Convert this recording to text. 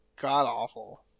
god-awful